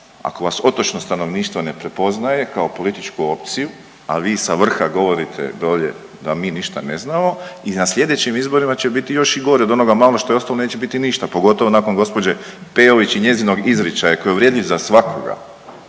Ako vas otočno stanovništvo ne prepoznaje kao političku opciju, a vi sa vrha govorite dolje da mi ništa ne znamo i na sljedećim izborima će biti još i gore od onoga, malo što je ostalo neće biti ništa, pogotovo nakon gđe. Peović i njezinog izričaja koji je uvredljiv za svakoga.